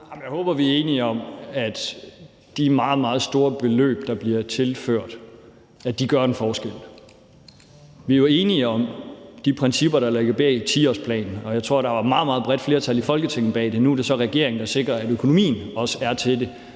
jeg håber, vi er enige om, at de meget, meget store beløb, der bliver tilført, gør en forskel. Vi er jo enige om de principper, der ligger bag 10-årsplanen, og jeg tror, der var et meget, meget bredt flertal i Folketinget bag det. Nu er det så regeringen, der sikrer, at økonomien også er til det